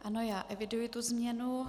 Ano, já eviduji tu změnu.